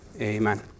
Amen